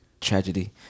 tragedy